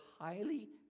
highly